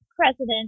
President